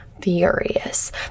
furious